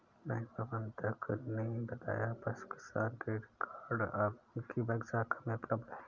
bank प्रबंधक ने बताया पशु किसान क्रेडिट कार्ड अब उनकी बैंक शाखा में उपलब्ध है